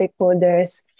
stakeholders